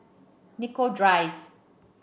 Nicoll Drive